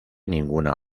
ninguna